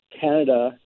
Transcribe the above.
Canada